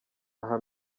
aha